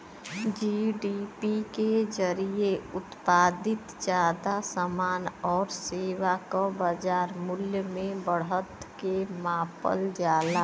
GDP के जरिये उत्पादित जादा समान आउर सेवा क बाजार मूल्य में बढ़त के मापल जाला